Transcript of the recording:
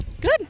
Good